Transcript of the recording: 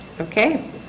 Okay